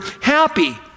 happy